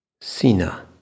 SINA